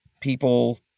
people